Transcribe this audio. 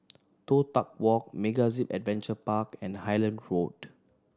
Toh Tuck Walk MegaZip Adventure Park and Highland Road